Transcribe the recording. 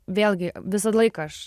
vėlgi visą laiką aš